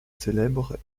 célèbre